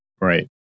Right